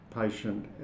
patient